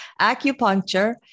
Acupuncture